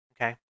okay